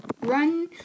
run